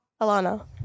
Alana